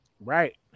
Right